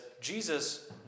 Jesus